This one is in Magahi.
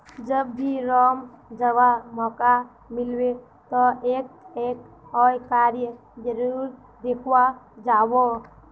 जब भी रोम जावा मौका मिलबे तो एफ ए ओ कार्यालय जरूर देखवा जा बो